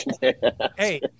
Hey